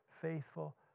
faithful